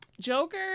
Joker